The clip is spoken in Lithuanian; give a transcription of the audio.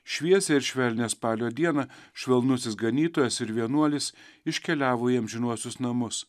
šviesią ir švelnią spalio dieną švelnusis ganytojas ir vienuolis iškeliavo į amžinuosius namus